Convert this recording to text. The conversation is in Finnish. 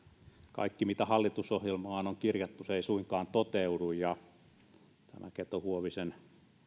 kaikki mitä hallitusohjelmaan on kirjattu ei suinkaan toteudu ja tämä keto huovisen